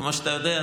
כמו שאתה יודע,